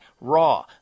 raw